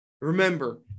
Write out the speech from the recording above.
remember